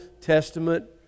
Testament